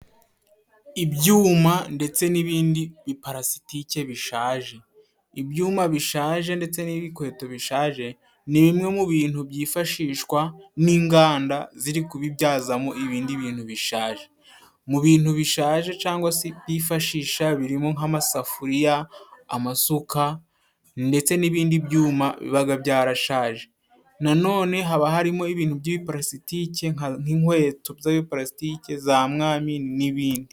Ibyuma ndetse n'ibindi bipalasitike bishaje. Ibyuma bishaje ndetse n'ibikweto bishaje ni bimwe mu bintu byifashishwa n'inganda ziri kubibyazamo ibindi bintu bishaje, mu bintu bishaje cyangwa se byifashisha birimo nk'amasafuriya, amasuka ndetse n'ibindi byuma biba byarashaje, nanone haba harimo ibintu by'ibipalasitike nk'inkweto z'ibipalasitiki, za mwamini n'ibindi.